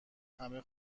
همه